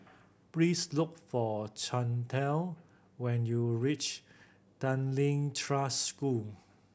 please look for Chantal when you reach Tanglin Trust School